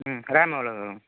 ம் ரேம் எவ்வளவு